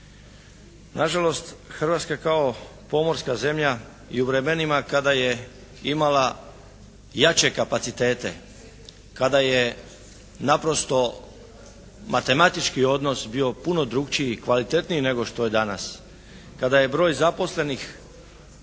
Na žalost Hrvatska kao pomorska zemlja i u vremenima kada je imala jače kapacitete, kada je naprosto matematički odnos puno drukčiji, kvalitetniji nego što je danas, kada je broj zaposlenih